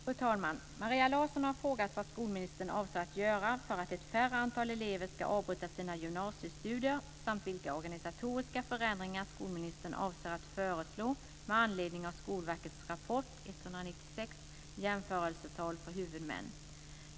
Fru talman! Maria Larsson har frågat vad skolministern avser att göra för att ett mindre antal elever ska avbryta sina gymnasiestudier samt vilka organisatoriska förändringar skolministern avser att föreslå med anledning av Skolverkets rapport nr 196 Jämförelsetal för huvudmän.